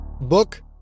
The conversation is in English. Book